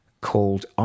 called